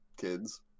kids